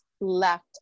left